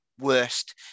worst